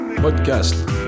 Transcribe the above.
Podcast